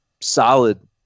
solid